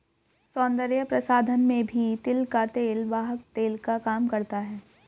सौन्दर्य प्रसाधन में भी तिल का तेल वाहक तेल का काम करता है